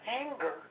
anger